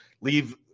leave